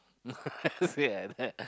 I say like that